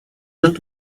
not